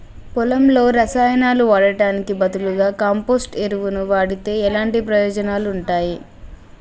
పొలంలో రసాయనాలు వాడటానికి బదులుగా కంపోస్ట్ ఎరువును వాడితే ఎలాంటి ప్రయోజనాలు ఉంటాయి?